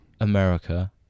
America